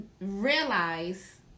realize